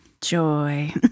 Joy